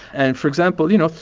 and for example, you know,